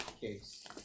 case